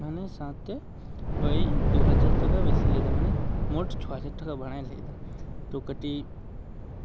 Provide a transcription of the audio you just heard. ᱢᱟᱱᱮ ᱥᱟᱶᱛᱮ ᱳᱭ ᱫᱩ ᱦᱟᱡᱟᱨ ᱴᱟᱠᱟ ᱵᱮᱥᱤᱭ ᱞᱟᱹᱭᱫᱟ ᱢᱟᱱᱮ ᱢᱳᱴ ᱪᱷᱚ ᱦᱟᱡᱟᱨ ᱴᱟᱠᱟ ᱵᱷᱟᱲᱟᱭ ᱞᱟᱹᱭᱫᱟ ᱛᱳ ᱠᱟᱹᱴᱤᱡ